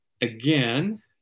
again